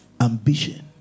Ambition